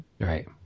Right